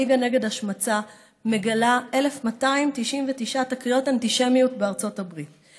הליגה נגד השמצה מגלה 1,299 תקריות אנטישמיות בארצות הברית.